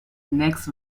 next